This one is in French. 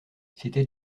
c’était